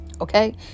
okay